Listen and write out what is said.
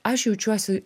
aš jaučiuosi